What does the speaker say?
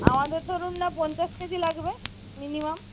আমাদের ধরুন না পঞ্চাশ কেজি লাগবে মিনিমাম